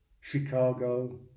Chicago